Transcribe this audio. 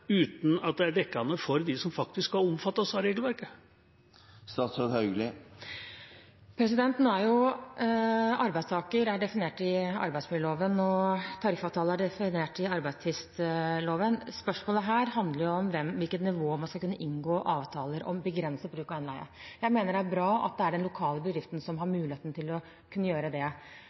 uten at det er dekkende for dem som faktisk skal omfattes av regelverket? «Arbeidstaker» er definert i arbeidsmiljøloven og «tariffavtale» er definert i arbeidstvistloven. Spørsmålet her handler om på hvilket nivå man skal kunne inngå avtaler om begrenset bruk av innleie. Jeg mener det er bra at det er den lokale bedriften som har muligheten til å kunne gjøre det,